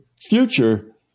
future